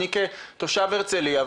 אני כתושב הרצליה,